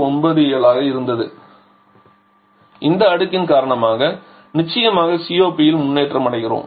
97 ஆக இருந்தது இந்த அடுக்கின் காரணமாக நாங்கள் நிச்சயமாக COP இல் முன்னேற்றம் அடைகிறோம்